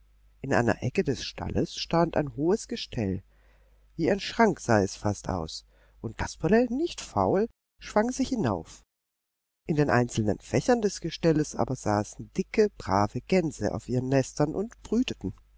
in einer ecke des stalles stand ein hohes gestell wie ein schrank sah es fast aus und kasperle nicht faul schwang sich hinauf in den einzelnen fächern des gestelles aber saßen dicke brave gänse auf ihren nestern und brüteten